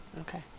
Okay